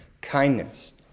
Kindness